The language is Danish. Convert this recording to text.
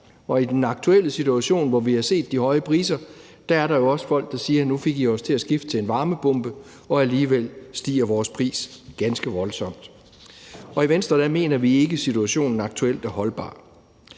i den aktuelle situation, hvor vi har set de høje priser, er der jo også folk, der siger: Nu fik I os til at skifte til en varmepumpe, og alligevel stiger vores pris ganske voldsomt. I Venstre mener vi ikke, situationen aktuelt er holdbar,